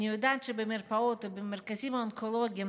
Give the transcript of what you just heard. אני יודעת שבמרפאות ובמרכזים האונקולוגיים